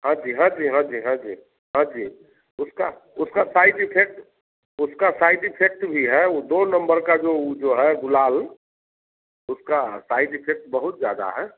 हाँ जी हाँ जी हाँ जी हाँ जी हाँ जी उसका उसका साइड इफ़ेक्ट उसका साइड इफ़ेक्ट भी है वो दो नंबर का जो ऊ जो है गुलाल उसका साइड इफ़ेक्ट बहुत ज़्यादा है